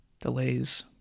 delays